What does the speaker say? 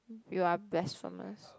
you are blessed from us